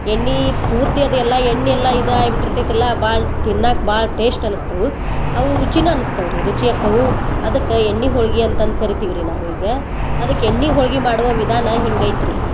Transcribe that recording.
ಎಣ್ಣೆ ಪೂರ್ತಿ ಅದೆಲ್ಲ ಎಣ್ಣೆ ಎಲ್ಲ ಇದಾಗ ಬಿಟ್ಟಿರ್ತೈತಲ್ಲ ಭಾಳ ತಿನ್ನಾಕೆ ಭಾಳ ಟೇಶ್ಟ್ ಅನಸ್ತವು ಅವು ರುಚಿನ ಅನಸ್ತವು ರೀ ರುಚಿ ಅಕ್ಕವು ಅದಕ್ಕೆ ಎಣ್ಣೆ ಹೋಳ್ಗಿ ಅಂತಂದು ಕರಿತೀವಿ ರೀ ನಾವು ಈಗ ಅದಕ್ಕೆ ಎಣ್ಣೆ ಹೋಳ್ಗಿ ಮಾಡುವ ವಿಧಾನ ಹಿಂಗೈತಿ ರೀ